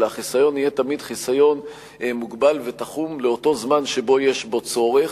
אלא יהיה תמיד חיסיון מוגבל ותחום לאותו זמן שבו יש צורך.